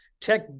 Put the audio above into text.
tech